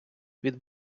від